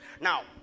Now